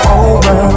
over